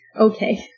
Okay